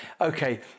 okay